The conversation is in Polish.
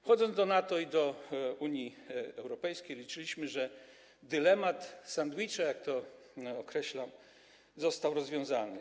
Wchodząc do NATO i do Unii Europejskiej, liczyliśmy na to, że dylemat sandwicza, jak to określam, został rozwiązany.